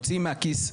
מוציאים מהכיס,